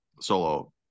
solo